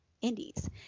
Indies